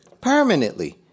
Permanently